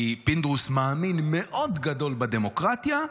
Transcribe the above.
כי פינדרוס הוא מאמין מאוד גדול בדמוקרטיה.